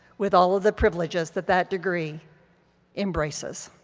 with all of the privileges that that degree embraces.